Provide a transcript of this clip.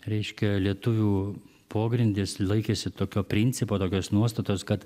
reiškia lietuvių pogrindis laikėsi tokio principo tokios nuostatos kad